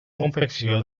confecció